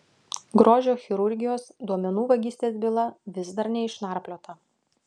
grožio chirurgijos duomenų vagystės byla vis dar neišnarpliota